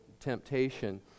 temptation